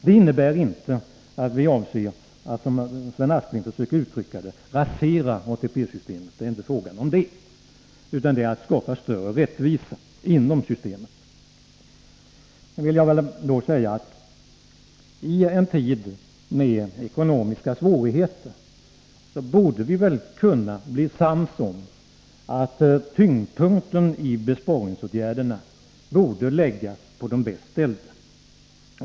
Det innebär inte att vi avser att, som Sven Aspling uttryckte det, rasera ATP-systemet. Det är inte fråga om det utan om att skapa större rättvisa inom systemet. I en tid med ekonomiska svårigheter borde vi väl kunna bli sams om att tyngdpunkten i besparingsåtgärderna skall läggas på de bäst ställda.